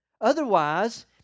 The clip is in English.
Otherwise